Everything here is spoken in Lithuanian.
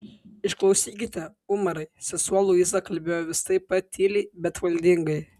išklausykite umarai sesuo luiza kalbėjo vis taip pat tyliai bet valdingai